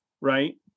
right